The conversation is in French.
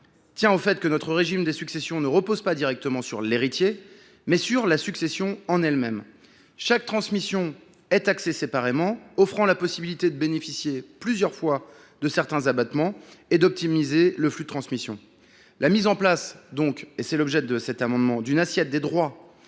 tient au fait que notre régime des successions repose non pas directement sur l’héritier, mais sur la succession elle même. Chaque transmission est taxée séparément, offrant la possibilité de bénéficier plusieurs fois de certains abattements et d’optimiser le flux de transmission. L’objet de cet amendement est la mise en place d’une assiette des droits